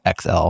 XL